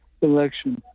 election